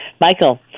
Michael